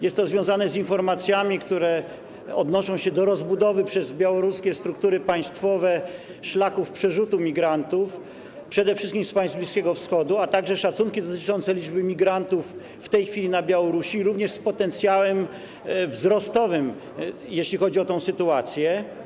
Jest to związane z informacjami, które odnoszą się do rozbudowy przez białoruskie struktury państwowe szlaków przerzutu migrantów przede wszystkim z państw Bliskiego Wschodu, a także szacunkami dotyczącymi liczby migrantów przebywających w tej chwili na Białorusi oraz potencjałem wzrostowym, jeśli chodzi o tę sytuację.